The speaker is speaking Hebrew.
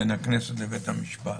בית המשפט